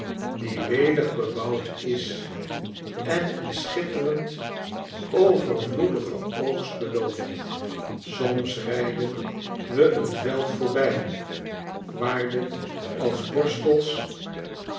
die welig bebouwd is en een schitterend overvloedigen oogst belooft soms rijden we een veld voorbij waar de als borstels